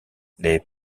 les